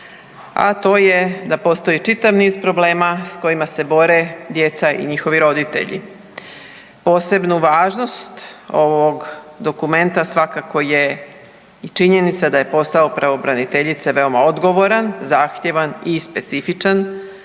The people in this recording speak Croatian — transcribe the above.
a to je da postoji čitav niz problema s kojima se bore djeca i njihovi roditelji. Posebnu važnost ovog dokumenta svakako je i činjenica da je posao pravobraniteljice veoma odgovoran, zahtjevan i specifičan